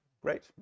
great